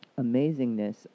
amazingness